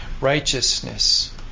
righteousness